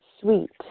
sweet